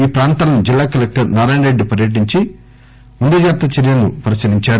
ఈ ప్రాంతాలను జిల్లా కలెక్టర్ నారాయణరెడ్డి పర్యటించి ముందుజాగ్రత్త చర్కలను పరిశీలించారు